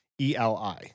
Eli